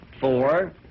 four